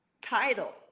title